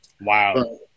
wow